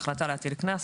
"החלטה להטיל קנס",